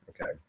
okay